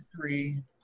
three